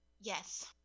Yes